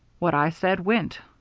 what i said went.